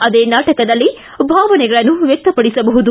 ಅದೇ ನಾಟಕದಲ್ಲಿ ಭಾವನೆಗಳನ್ನು ವ್ಯಕ್ತಪಡಿಸಬಹುದು